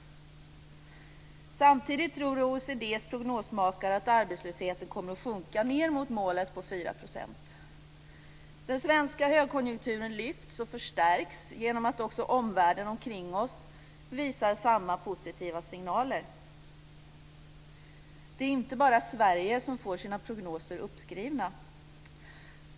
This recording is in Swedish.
Samtidigt tror OECD:s prognosmakare att arbetslösheten kommer att sjunka ned mot målet på 4 %. Den svenska högkonjunkturen lyfts och förstärks genom att också omvärlden runtomkring oss visar samma positiva signaler. Det är inte bara Sverige som får sina prognoser uppskrivna.